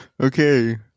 Okay